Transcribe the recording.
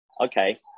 okay